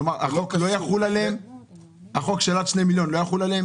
כלומר, החוק של עד שני מיליון לא יחול עליהם?